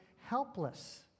helpless